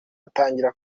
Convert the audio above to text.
atangira